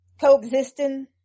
coexisting